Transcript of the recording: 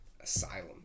asylum